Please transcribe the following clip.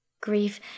grief